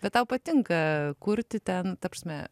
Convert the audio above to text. bet tau patinka kurti ten ta prasme